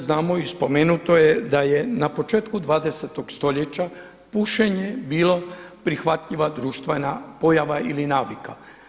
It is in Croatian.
Znamo i spomenuto je da je na početku 20. stoljeća pušenje bilo prihvatljiva društvena pojava ili navika.